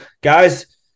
guys